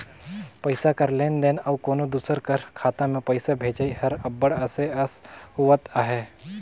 पइसा कर लेन देन अउ कोनो दूसर कर खाता में पइसा भेजई हर अब्बड़ असे अस होवत अहे